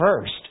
first